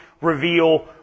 reveal